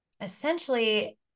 essentially